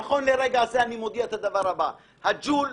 נכון לרגע זה אני מודיע את הדבר הבא: הטעמים,